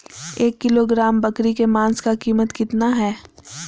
एक किलोग्राम बकरी के मांस का कीमत कितना है?